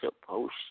supposed